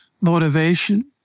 motivation